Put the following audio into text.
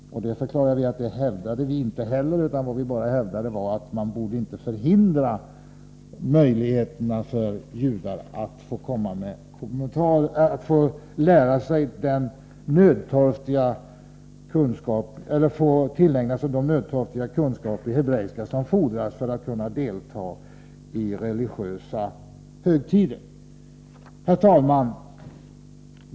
Vi förklarade att vi inte heller hävdade detta, utan vad vi hävdade var att man inte borde förhindra möjligheterna för judarna att få tillägna sig de nödtorftiga kunskaper som fordras för att man skall kunna delta i religiösa högtider. Herr talman!